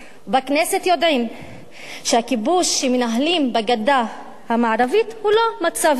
בכנסת יודעים שהכיבוש שמנהלים בגדה המערבית הוא לא מצב זמני,